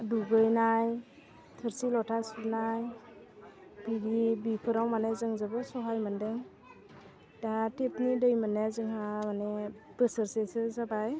दुगैनाय थोरसि लथा सुनाय बिदि बेफोराव माने जों जोबोद सहाय मोनदों दा टेपनि दै मोन्नाया जोंहा माने बोसोरसेसो जाबाय